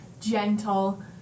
gentle